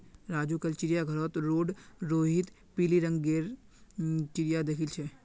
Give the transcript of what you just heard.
राजू कल चिड़ियाघर रोड रोहित पिली रंग गेर चिरया देख याईल छे